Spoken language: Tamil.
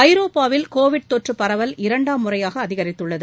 ஐரோப்பாவில் கோவிட் தொற்று பரவல் இரண்டாம் முறையாக அதிகரித்துள்ளது